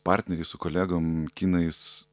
partneriais su kolegom kinais